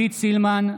(קורא בשמות חברי הכנסת) עידית סילמן,